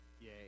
Yay